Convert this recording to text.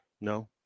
No